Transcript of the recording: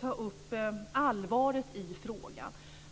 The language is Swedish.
ta upp allvaret i frågan.